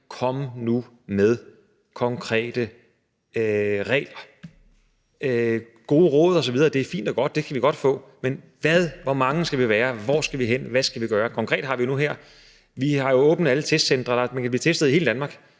Kom nu med konkrete regler; gode råd osv. er fint og godt, det kan vi godt få, men hvor mange skal vi være? Hvor skal vi hen? Hvad skal vi gøre? Konkret har vi jo nu her åbnet alle testcentre, og man kan blive testet i hele Danmark,